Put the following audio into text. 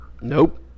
nope